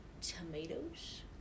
tomatoes